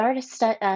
Start